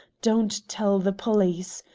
don't tell the police.